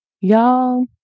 Y'all